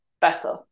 better